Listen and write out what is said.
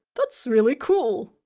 that's really cool.